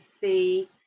see